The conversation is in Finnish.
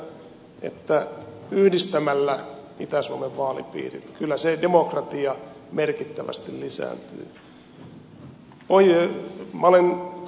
sanon sen että yhdistämällä itä suomen vaalipiirit kyllä se demokratia merkittävästi lisääntyy